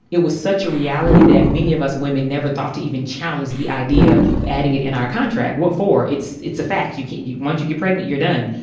it was such a reality that many of us women never thought to even challenge the idea of adding it in our contract. what for? it's it's a fact. you get much, you get pregnant, you're done.